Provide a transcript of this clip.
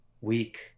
weak